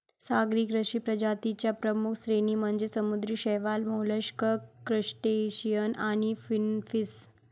सागरी कृषी प्रजातीं च्या प्रमुख श्रेणी म्हणजे समुद्री शैवाल, मोलस्क, क्रस्टेशियन आणि फिनफिश